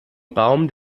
raum